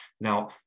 Now